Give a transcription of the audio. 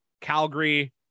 Calgary